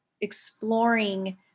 exploring